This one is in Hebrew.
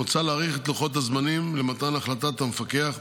מוצע להאריך את לוחות הזמנים למתן החלטת המפקח,